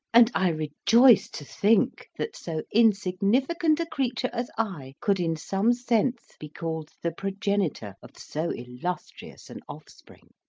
and i rejoiced to think that so insignificant a creature as i could in some sense be called the progenitor of so illustrious an offspring.